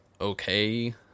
okay